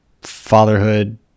fatherhood